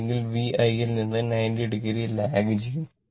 അല്ലെങ്കിൽ v i ൽ നിന്ന് 90o ലാഗ് ചെയ്യുന്നു